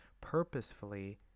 purposefully